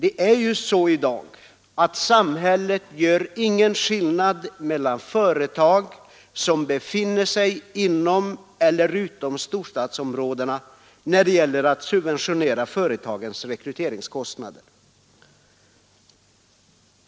I dag gör samhället ingen skillnad mellan företag som befinner sig inom eller utom storstadsområdena när det gäller att subventionera företagens rekryteringskostnader.